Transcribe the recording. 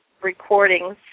recordings